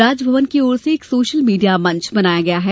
राजभवन की ओर से एक सोशल मीडिया मंच बनाया गया है